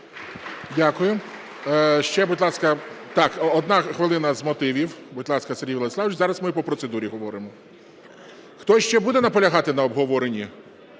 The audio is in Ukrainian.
Дякую. Ще, будь ласка… Так, одна хвилина – з мотивів. Будь ласка, Сергій Владиславович. Зараз ми по процедурі говоримо. Хтось ще буде наполягати на обговоренні?